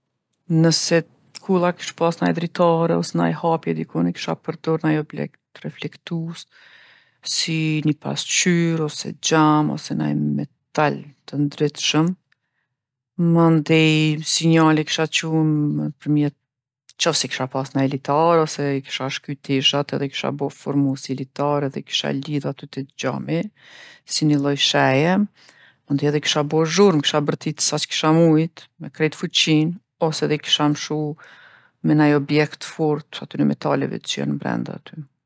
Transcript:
Nëse kulla kish pasë naj dritare ose naj hapje dikun, e kisha përdorë naj objekt reflektus, si ni pasqyrë ose xham ose naj metal të ndritshëm. Mandej sinjale kisha çu nëpërmjet, n'qofse kisha pase naj litar ose i kisha shky teshat edhe i kisha bo, formu si litar edhe e kisha lidhë aty te xhami si ni lloj sheje. Mandej edhe kisha bo zhurrmë, kisha bërtitë sa q'kisha mujtë, me krejt fuqinë ose edhe i kisha mshu me naj objekt t'fortë atyne metaleve që jon brenda aty.